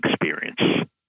experience